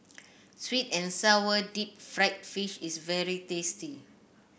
sweet and sour Deep Fried Fish is very tasty